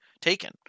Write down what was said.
taken